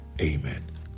Amen